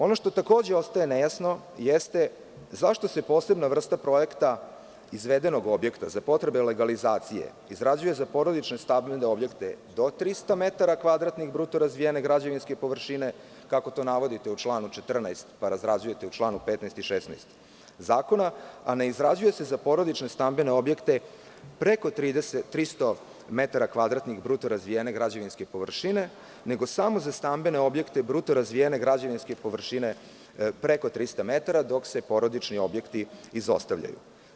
Ono što takođe ostaje nejasno, jeste zašto se posebna vrsta projekta izvedenog objekta za potrebe legalizacije izrađuje za porodične stambene objekte do 300 metara kvadratnih bruto razvijene građevinske površine, kako to navodite u članu 14, pa razrađujete u čl. 15. i 16. zakona, a ne izrađuje se za porodične stambene objekte preko 300 metara kvadratnih bruto razvijene građevinske površine, nego samo za stambene objekte bruto razvijene građevinske površine preko 300 metara, dok se porodični objekti izostavljaju?